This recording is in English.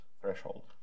threshold